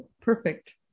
Perfect